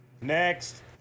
next